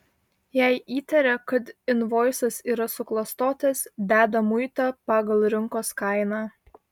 jei įtaria kad invoisas yra suklastotas deda muitą pagal rinkos kainą